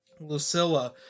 Lucilla